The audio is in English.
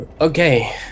Okay